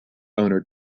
owner